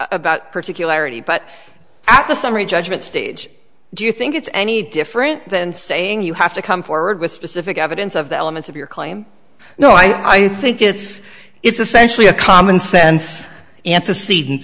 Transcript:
about particularity but at the summary judgment stage do you think it's any different than saying you have to come forward with specific evidence of the elements of your claim no i think it's it's essentially a commonsense antecedent